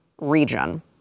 region